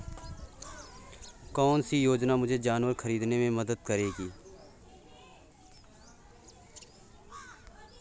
कौन सी योजना मुझे जानवर ख़रीदने में मदद करेगी?